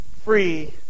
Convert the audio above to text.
free